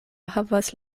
havas